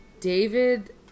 David